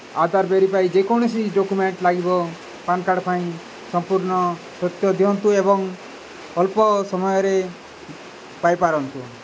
ଆଧାର verify ଯେକୌଣସି document ଲାଗିବ PAN card ପାଇଁ ସମ୍ପୂର୍ଣ୍ଣ ସତ୍ୟ ଦିଅନ୍ତୁ ଏବଂ ଅଳ୍ପ ସମୟରେ ପାଇପାରନ୍ତୁ